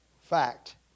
fact